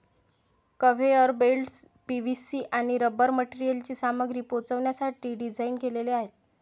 conveyor belts PVC आणि rubber मटेरियलची सामग्री पोहोचवण्यासाठी डिझाइन केलेले आहेत